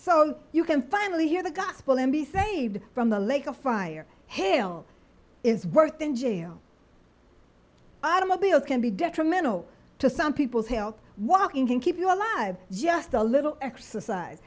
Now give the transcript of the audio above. so you can finally hear the gospel and be saved from the lake of fire hail is worth in jail automobiles can be detrimental to some people's health walking can keep you alive just a little exercise